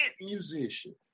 musician